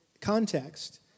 context